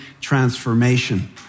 transformation